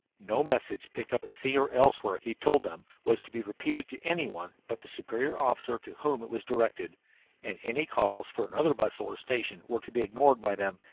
no message picked up at sea or elsewhere, he told them, was to be repeated to anyone but the superior officer to whom it was directed and any calls for another vessel or station were to be ignored by them,